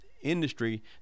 industry